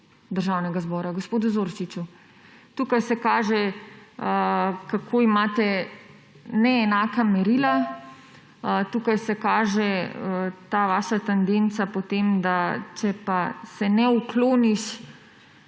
Državnega zbora gospodu Zorčiču. Tukaj se kaže, kako imate neenaka merila, tukaj se kaže ta vaša tendenca po tem, če pa se ne ukloniš